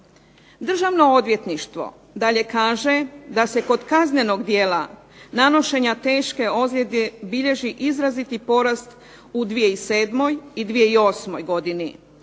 Državno odvjetništvo dalje kaže da se kod kaznenog djela nanošenja teške pozljede bilježi izraziti porast u 2007. i 2008. godini